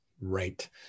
Right